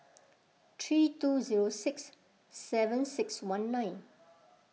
three two zero six seven six one nine